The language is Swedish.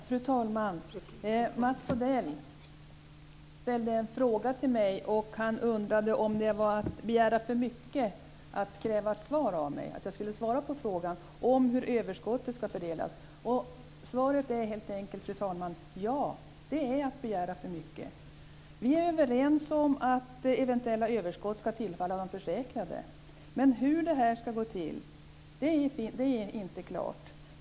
Fru talman! Mats Odell ställde en fråga till mig och undrade om det var att begära för mycket att jag skulle svara på frågan hur överskottet ska fördelas. Svaret är, fru talman, helt enkelt ja - det är att begära för mycket. Vi är överens om att eventuella överskott ska tillfalla de försäkrade, men hur det här ska gå till är inte klart.